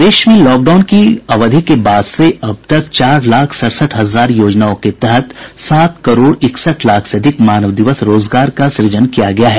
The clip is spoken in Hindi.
प्रदेश में लॉकडाउन की अविध के बाद से अब तक चार लाख सड़सठ हजार योजनाओं के तहत सात करोड़ इकसठ लाख से अधिक मानव दिवस रोजगार का सूजन किया गया है